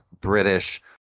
British